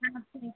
हम आपसे रेट